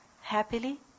happily